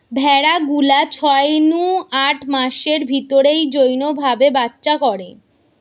ভেড়া গুলা ছয় নু আট মাসের ভিতরেই যৌন ভাবে বাচ্চা করে